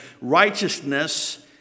righteousness